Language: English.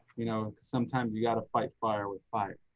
you know, sometimes you got to fight fire with fire.